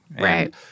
right